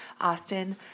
Austin